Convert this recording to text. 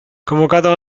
convocato